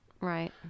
right